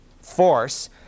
force